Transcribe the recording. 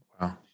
wow